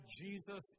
Jesus